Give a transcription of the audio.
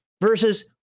versus